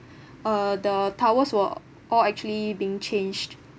uh the towels were all actually been changed